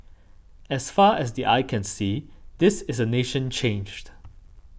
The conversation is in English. as far as the eye can see this is a nation changed